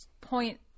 point